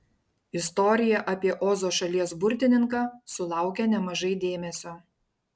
istorija apie ozo šalies burtininką sulaukia nemažai dėmesio